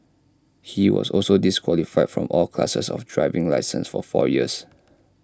he was also disqualified from all classes of driving licenses for four years